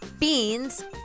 Beans